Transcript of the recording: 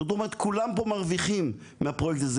זאת אומרת כולם פה מרווחים מהפרויקט הזה,